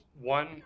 one